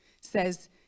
says